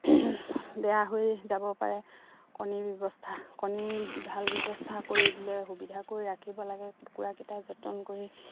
বেয়া হৈ যাব পাৰে কণীৰ ব্যৱস্থা কণীৰ ভাল ব্যৱস্থা কৰি দিলে সুবিধা কৰি ৰাখিব লাগে কুকুৰাকেইটাৰ যতন কৰি